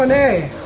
and a